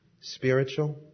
spiritual